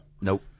Nope